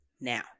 Now